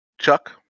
Chuck